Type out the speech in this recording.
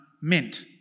meant